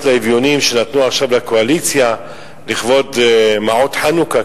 לאביונים שנתנו עכשיו לקואליציה לכבוד מעות חנוכה,